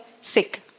sick